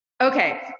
okay